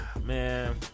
man